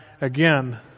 again